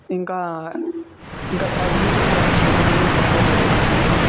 ఇంకా ఇంకా tracks music tracks పెట్టుకుని పాటలు పాడే వాళ్ళము